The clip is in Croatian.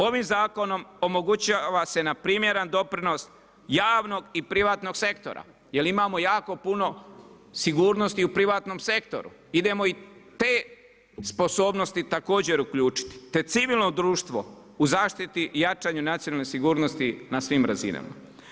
Ovim zakonom omogućava se na primjeran doprinos javnog i privatnog sektora jer imamo jako puno sigurnosti u privatnom sektoru, idemo i te sposobnosti također uključiti, te civilno društvo u zaštiti i jačanju nacionalne sigurnosti na svim razinama.